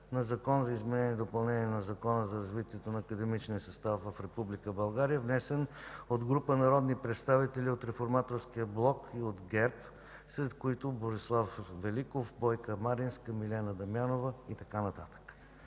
за изменение и допълнение на Закона за развитието на академичния състав в Република България, внесен от група народни представители от Реформаторския блок и от ГЕРБ, сред които Борислав Великов, Бойка Маринска, Милена Дамянова и така нататък.